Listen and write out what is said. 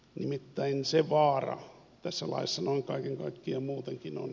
nimittäin se vaara tässä laissa noin kaiken kaikkiaan muutenkin on